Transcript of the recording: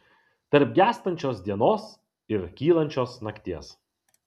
tarp gęstančios dienos ir kylančios nakties